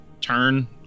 turn